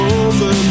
over